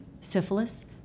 syphilis